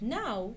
now